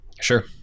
Sure